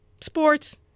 Sports